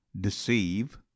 deceive